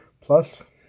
Plus